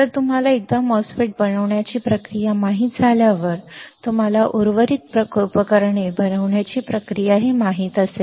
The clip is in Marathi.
तर एकदा तुम्हाला MOSFET बनवण्याची प्रक्रिया माहित झाल्यावर तुम्हाला उर्वरित उपकरणे बनवण्याची प्रक्रिया हे माहित असेल